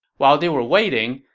while they're waiting,